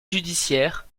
judiciaire